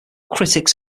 critics